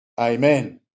Amen